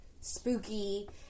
spooky